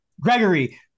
Gregory